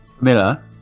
Miller